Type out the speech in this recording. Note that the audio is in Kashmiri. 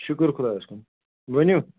شُکُر خۄدایَس کُن ؤنِو